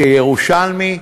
כירושלמי,